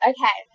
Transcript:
Okay